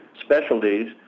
specialties